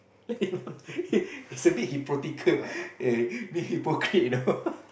is a bit hypocritical ya be hypocrite you know